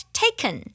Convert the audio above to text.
taken